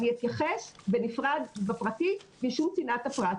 אני אתייחס בפרטי משום צנעת הפרט.